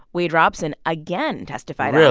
wade robson again testified. so